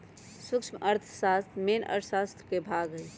सूक्ष्म अर्थशास्त्र मेन अर्थशास्त्र के भाग हई